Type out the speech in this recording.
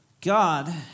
God